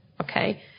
okay